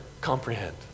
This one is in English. comprehend